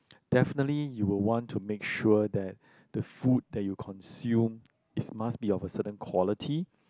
definitely you will want to make sure that the food that you consume is must be of a certain quality